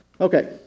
okay